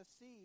see